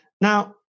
Now